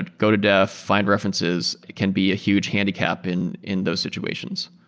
and go to dev, find references can be a huge handicap in in those situations.